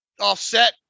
offset